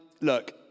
Look